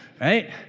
right